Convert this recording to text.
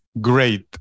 Great